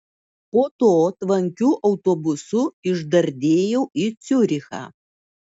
po to tvankiu autobusu išdardėjau į ciurichą